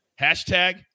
hashtag